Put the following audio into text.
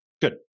Good